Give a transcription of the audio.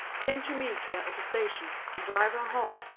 came to meet her at the station and drive her home.